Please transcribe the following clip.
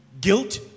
guilt